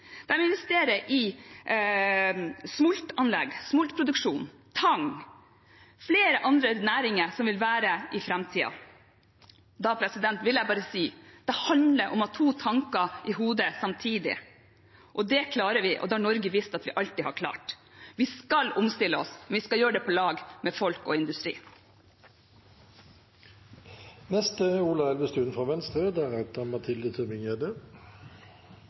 investerer i smoltproduksjon, tang og flere andre næringer som vil være der i framtiden. Da vil jeg bare si: Det handler om å ha to tanker i hodet samtidig. Det klarer vi, og det har Norge vist at vi alltid har klart. Vi skal omstille oss, men vi skal gjøre det på lag med folk og